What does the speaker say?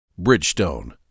Bridgestone